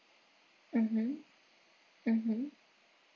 mmhmm mmhmm